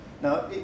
Now